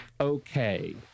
okay